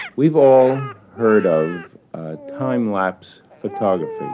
we've all heard of time-lapse photography.